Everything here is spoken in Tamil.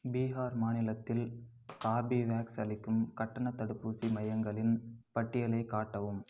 பீஹார் மாநிலத்தில் கார்பவேக்ஸ் அளிக்கும் கட்டணத் தடுப்பூசி மையங்களின் பட்டியலைக் காட்டவும்